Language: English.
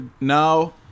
now